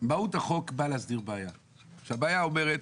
הבעיה אומרת